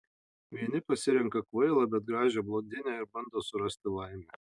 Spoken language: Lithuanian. vieni pasirenka kvailą bet gražią blondinę ir bando surasti laimę